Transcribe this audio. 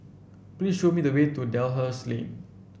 please show me the way to Dalhousie Lane